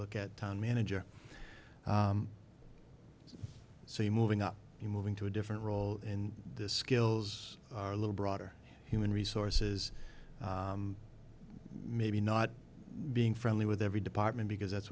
look at town manager so you're moving up you're moving to a different role in the skills are a little broader human resources maybe not being friendly with every department because that's